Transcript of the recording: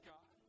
God